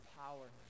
power